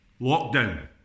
Lockdown